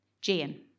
Jane